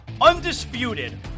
Undisputed